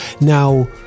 now